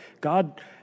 God